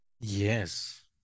yes